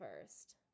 first